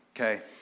Okay